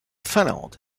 finlande